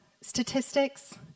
statistics